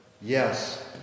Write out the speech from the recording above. yes